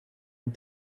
and